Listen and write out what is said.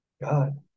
God